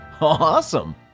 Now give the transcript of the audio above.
Awesome